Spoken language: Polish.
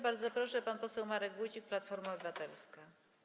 Bardzo proszę, pan poseł Marek Wójcik, Platforma Obywatelska.